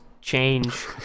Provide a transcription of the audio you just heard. change